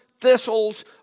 thistles